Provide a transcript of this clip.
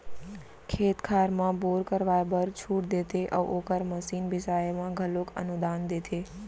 खेत खार म बोर करवाए बर छूट देते अउ ओखर मसीन बिसाए म घलोक अनुदान देथे